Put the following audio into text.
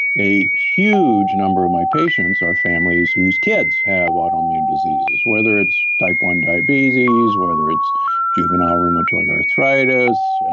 a huge number of my patients are families whose kids have autoimmune diseases, whether it's type one diabetes, whether it's juvenile rheumatoid arthritis,